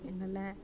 हिन लाइ